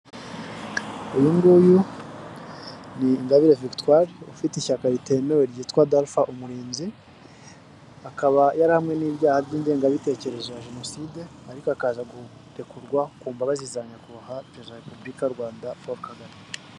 Uyu nguyu ni Ingabire Victoire, ufite ishyaka ritemewe ryitwa Dalpha Umurinzi, akaba yarahamwe n'ibyaha by'ingengabitekerezo ya Jenoside, ariko akaza kurerekurwa ku mbabazi za Nyakubahwa Perezida wa Repubulika y'u Rwanda, Paul Kagame.